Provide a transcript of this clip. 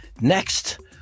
Next